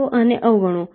તો આને અવગણો